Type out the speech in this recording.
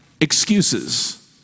excuses